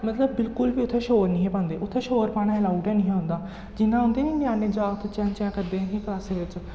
मतलब बिल्कुल बी उत्थै शोर नेईं हे पांदे उत्थै शोर पाना अलाउड हैन्नी हा होंदा जि'यां होंदे निं ञ्याणे जागत चैं चैं करदे हे क्लासै बिच्च